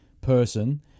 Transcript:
person